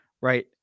right